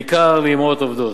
בעיקר לאמהות עובדות.